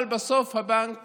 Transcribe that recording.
אבל בסוף הבנק